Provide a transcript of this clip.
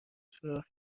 سوراخ